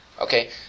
okay